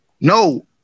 No